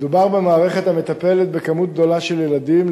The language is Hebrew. מדובר במערכת המטפלת במספר גדול של ילדים.